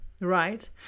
right